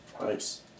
Nice